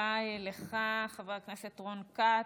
לך, חבר הכנסת רון כץ.